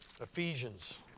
Ephesians